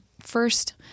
first